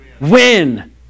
Win